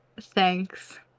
thanks